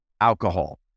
alcohol